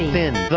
um in